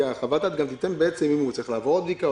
חוות הדעת גם תגיד אם הוא צריך לעבור עוד בדיקה או